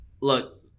Look